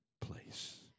place